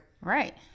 right